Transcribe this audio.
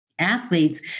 Athletes